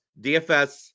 DFS